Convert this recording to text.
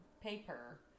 paper